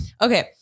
Okay